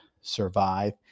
survive